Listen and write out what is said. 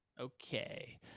Okay